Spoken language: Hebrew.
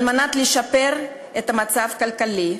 כדי לשפר את מצבם הכלכלי.